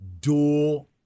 dual